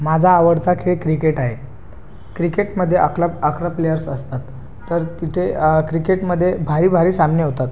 माझा आवडता खेळ क्रिकेट आहे क्रिकेटमध्ये अकरा अकरा प्लेअर्स असतात तर तिथे क्रिकेटमध्ये भारी भारी सामने होतात